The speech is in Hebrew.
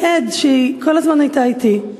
אני עד שהיא כל הזמן הייתה אתי.